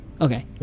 Okay